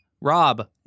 Rob